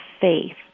faith